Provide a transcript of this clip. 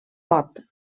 pot